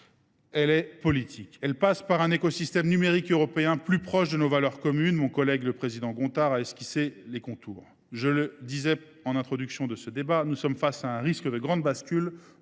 solution, politique, passe par un écosystème numérique européen plus proche de nos valeurs communes. Mon collègue Guillaume Gontard en a esquissé les contours. Je le disais en introduction de ce débat : nous sommes face à un risque de grande bascule.